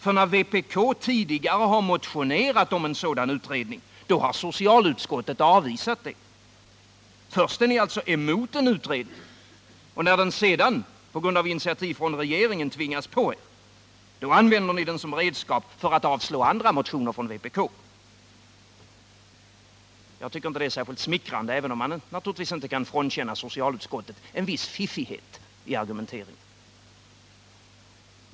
Men när vpk tidigare motionerat om en sådan utredning har socialutskottet avvisat tanken. Först är ni mot en utredning. När den sedan efter initiativ från regeringen tvingas på er använder ni den som redskap för att avstyrka andra motioner från vpk. Det är inte särskilt smickrande, även om man inte kan frånkänna socialutskottet en viss fiffighet i argumenteringen.